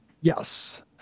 Yes